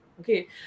Okay